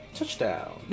Touchdown